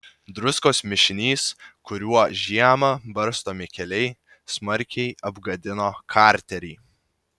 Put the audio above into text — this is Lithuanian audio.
druskos mišinys kuriuo žiemą barstomi keliai smarkiai apgadino karterį